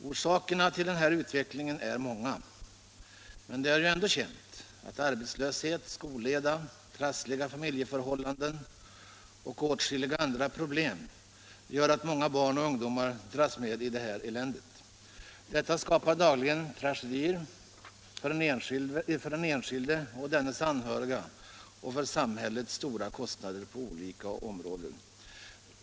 Orsakerna till denna ökning är många, och det är känt att arbetslöshet, skolleda, trassliga familjeförhållanden och åtskilliga andra problem gör att många barn och ungdomar dras ner i det här eländet. Detta skapar dagligen tragedier för den enskilde och dennes anhöriga, och det medför stora kostnader för samhället inom olika områden.